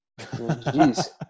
Jeez